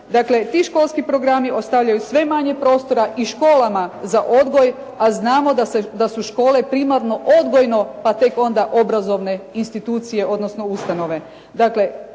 Dakle, ti školski programi ostavljaju sve manje prostora i školama za odgoj, a znamo da su škole primarno odgojno, pa tek onda obrazovne institucije, odnosno ustanove.